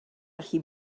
allu